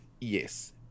Yes